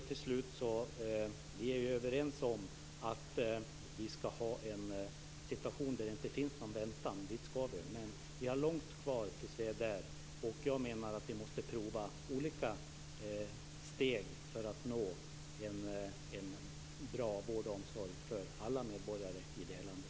Till slut är vi överens om att komma fram till en situation utan väntetider, men det dröjer länge innan vi är där, och jag menar att vi måste prova olika steg för att åstadkomma en bra vård och omsorg för alla medborgare i vårt land.